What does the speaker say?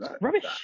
rubbish